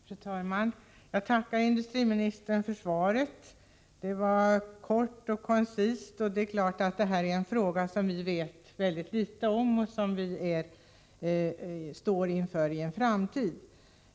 Fru talman! Jag tackar industriministern för svaret. Det var kort och koncist. Det är klart att det här är en fråga som vi vet väldigt litet om och som vi står inför i framtiden.